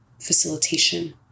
facilitation